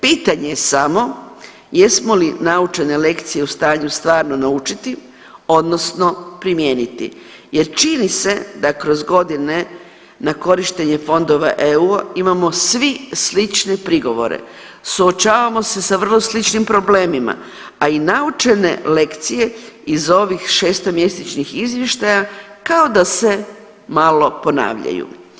Pitanje je samo jesmo li naučene lekcije u stanju stvarno naučiti odnosno primijeniti jer čini se da kroz godine na korištenje fondova EU imamo svi slične prigovore, suočavamo se sa vrlo sličnim problemima, a i naučene lekcije iz ovih šestomjesečnih izvještaja kao da se malo ponavljaju.